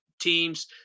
teams